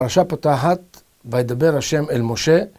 הפרשה פותחת, וידבר ה׳ אל משה.